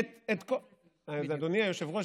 אדוני היושב-ראש,